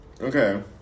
Okay